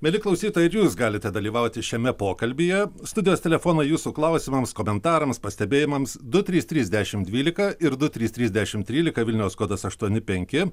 mieli klausytojai ir jūs galite dalyvauti šiame pokalbyje studijos telefonai jūsų klausimams komentarams pastebėjimams du trys trys dešim dvylika ir du trys trys dešim trylika vilniaus kodas aštuoni penki